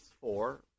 four